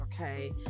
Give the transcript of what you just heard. okay